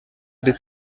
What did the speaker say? ari